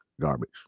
garbage